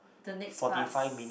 the next bus